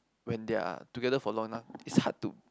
when they are together for long enough it's hard to